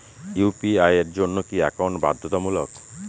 UPI এর জন্য কি একাউন্ট বাধ্যতামূলক?